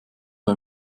bei